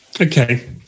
Okay